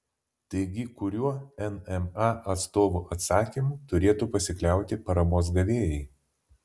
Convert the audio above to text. taigi kuriuo nma atstovų atsakymu turėtų pasikliauti paramos gavėjai